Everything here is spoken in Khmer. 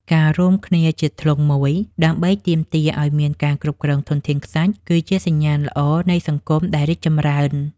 ការរួមគ្នាជាធ្លុងមួយ ដើម្បីទាមទារឱ្យមានការគ្រប់គ្រងធនធានខ្សាច់គឺជាសញ្ញាណល្អនៃសង្គមដែលរីកចម្រើន។